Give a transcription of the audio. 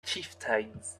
chieftains